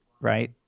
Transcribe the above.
right